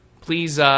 please